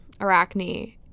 Arachne